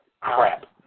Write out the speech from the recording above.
crap